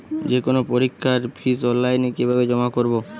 যে কোনো পরীক্ষার ফিস অনলাইনে কিভাবে জমা করব?